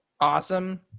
awesome